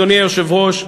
אדוני היושב-ראש,